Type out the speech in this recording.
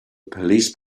police